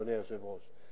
אדוני היושב-ראש.